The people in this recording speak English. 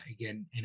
again